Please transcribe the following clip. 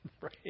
Right